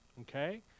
Okay